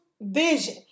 vision